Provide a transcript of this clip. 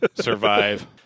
survive